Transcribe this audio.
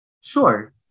sure